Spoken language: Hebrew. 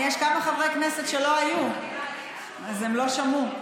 כן, יש כמה חברי כנסת שלא היו, אז הם לא שמעו.